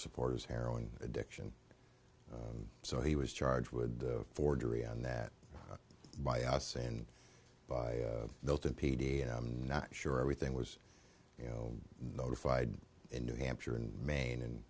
supporters heroin addiction so he was charged with forgery on that by us and by built in p d f i'm not sure everything was you know notified in new hampshire and maine and